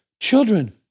Children